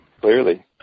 Clearly